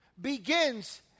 begins